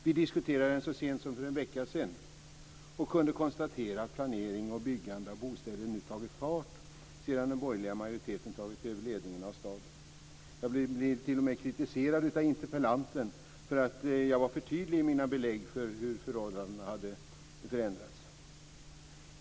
Vi diskuterade den så sent som för en vecka sedan och kunde konstatera att planering och byggande av bostäder nu tagit fart sedan den borgerliga majoriteten tagit över ledningen av staden. Jag blev t.o.m. kritiserad av interpellanten för att jag var för tydlig i mina belägg för hur förhållandena hade förändrats.